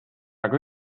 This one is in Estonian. aga